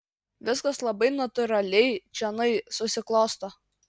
viskas labai natūraliai čionai susiklosto